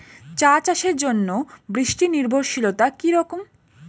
চা চাষের জন্য বৃষ্টি নির্ভরশীলতা কী রকম?